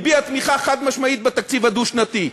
הביע תמיכה חד-משמעית בתקציב הדו-שנתי,